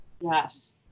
Yes